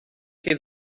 his